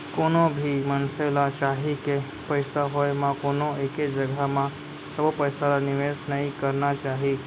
कोनो भी मनसे ल चाही के पइसा होय म कोनो एके जघा म सबो पइसा ल निवेस नइ करना चाही